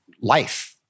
life